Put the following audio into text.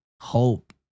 hope